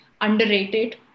underrated